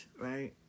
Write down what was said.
right